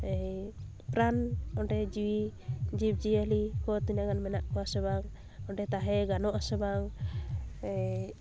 ᱮᱭ ᱯᱨᱟᱱ ᱚᱸᱰᱮ ᱡᱤᱣᱤ ᱡᱤᱵᱽ ᱡᱤᱭᱟᱹᱞᱤ ᱠᱚ ᱛᱤᱱᱟᱹᱜ ᱜᱟᱱ ᱢᱮᱱᱟᱜ ᱠᱚᱣᱟ ᱥᱮ ᱵᱟᱝ ᱚᱸᱰᱮ ᱛᱟᱦᱮᱸ ᱜᱟᱱᱚᱜᱼᱟ ᱥᱮ ᱵᱟᱝ ᱮᱭ